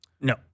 No